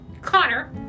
Connor